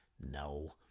No